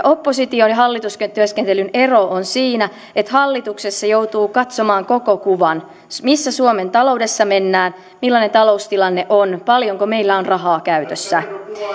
oppositio ja hallitustyöskentelyn ero on siinä että hallituksessa joutuu katsomaan koko kuvan missä suomen taloudessa mennään millainen taloustilanne on paljonko meillä on rahaa käytössä